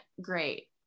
great